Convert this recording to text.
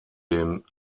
den